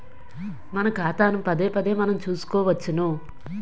మన ఖాతాను పదేపదే మనం చూసుకోవచ్చును